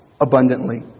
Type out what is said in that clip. abundantly